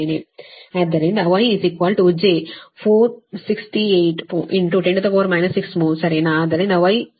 ಆದ್ದರಿಂದ Y j 4 68 10 6 ಮ್ಹೋ ಸರಿನಾ ಆದ್ದರಿಂದ Y2j 23410 6 ಮ್ಹೋ